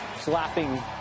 slapping